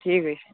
ٹھیٖک حظ چھُ